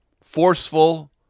forceful